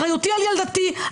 אחריותי על ילדתי,